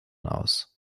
aus